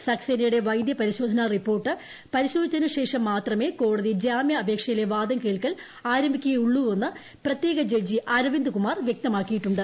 സക്സേനയുടെ വൈദ്യപരിശോധനാ റിപ്പോർട്ട് പരിശോധിച്ചതിനുശേഷം മാത്രമേ കോടതി ജാമ്യാപേക്ഷയിലെ വാദം കേൾക്കൽ ആരംഭിക്കുകയുള്ളൂവെന്ന് പ്രത്യേക ജഡ്ജി അരവിന്ദ് കുമാർ വ്യക്തമാക്കിയിട്ടുണ്ട്